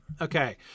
Okay